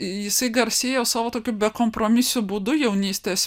jisai garsėjo savo tokiu bekompromisiu būdu jaunystės